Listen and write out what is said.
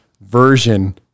version